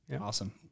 Awesome